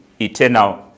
eternal